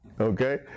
okay